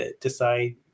decide